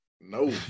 no